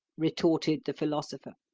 retorted the philosopher.